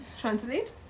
translate